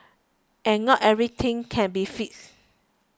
and not everything can be fixed